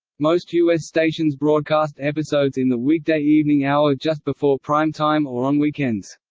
most u s. stations broadcast episodes in the weekday evening hour just before prime time or on weekends.